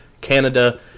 Canada